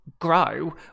grow